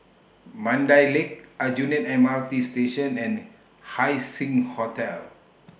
Mandai Lake Aljunied M R T Station and Haising Hotel